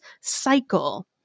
cycle